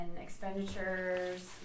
expenditures